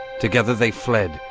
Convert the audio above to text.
together they fled,